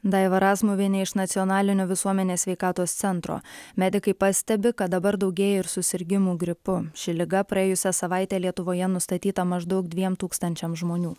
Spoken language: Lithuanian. daiva razmuvienė iš nacionalinio visuomenės sveikatos centro medikai pastebi kad dabar daugėja ir susirgimų gripu ši liga praėjusią savaitę lietuvoje nustatyta maždaug dviem tūkstančiam žmonių